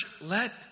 let